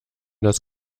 das